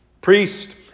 priest